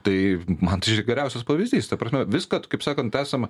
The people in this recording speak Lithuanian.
tai man tai čia geriausias pavyzdys ta prasme viską kad kaip sakant esame